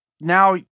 now